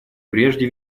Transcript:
прежде